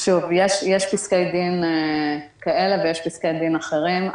יש פסקי דין כאלה ויש פסקי דין אחרים.